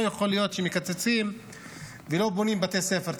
לא יכול להיות שמקצצים ולא בונים בתי ספר.